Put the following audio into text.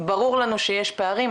ברור לנו שיש פערים,